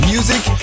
Music